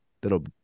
that'll